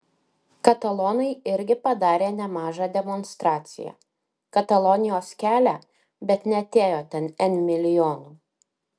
katalonai irgi padarė nemažą demonstraciją katalonijos kelią bet neatėjo ten n milijonų